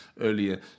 earlier